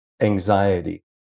anxiety